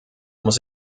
muss